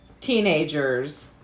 Teenagers